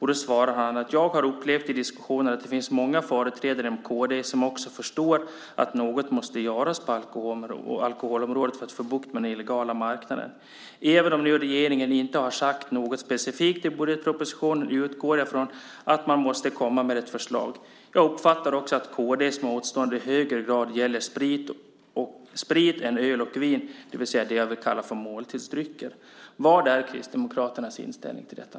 Han svarade: Jag har upplevt i diskussionen att det finns många företrädare inom kd som också förstår att något måste göras på alkoholområdet för att få bukt med den illegala marknaden. Även om nu regeringen inte har sagt något specifikt i budgetpropositionen utgår jag från att man måste komma med ett förslag. Jag uppfattar också att kd:s motstånd i högre grad gäller sprit än öl och vin, det vill säga det jag vill kalla för måltidsdrycker. Vad är Kristdemokraternas inställning till detta?